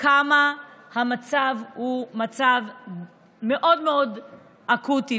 כמה המצב הוא מצב מאוד מאוד אקוטי.